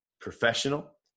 professional